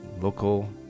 Local